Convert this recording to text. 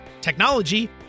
technology